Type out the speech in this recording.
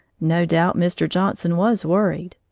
no doubt mr. johnson was worried,